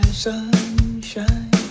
Sunshine